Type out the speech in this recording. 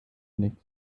nichts